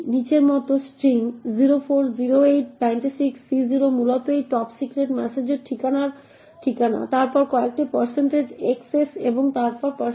নিচের মত string 08 04 96 C0 মূলত এই টপ সিক্রেট মেসেজের ঠিকানা তারপর কয়েকটা xs এবং তারপর s